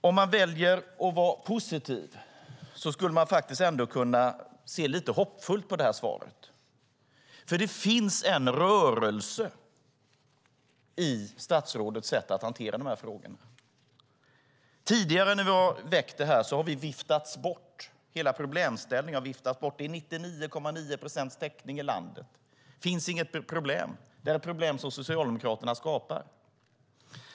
Om man väljer att vara positiv skulle man ändå kunna se lite hoppfullt på svaret, för det finns en rörelse i statsrådets sätt att hantera frågorna. Tidigare när vi har väckt frågan har hela problemställningen viftats bort med: Det är 99,9 procents täckning i landet. Det finns inget problem. Det här är problem som Socialdemokraterna skapar.